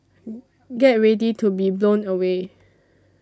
get ready to be blown away